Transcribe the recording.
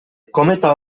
kometa